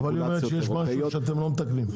-- היא אומר שיש משהו שאתם לא מתקנים.